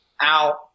out